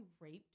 raped